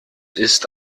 ist